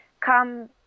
Come